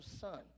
son